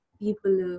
people